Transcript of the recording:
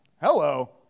Hello